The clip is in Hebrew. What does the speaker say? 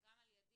גם על ידי.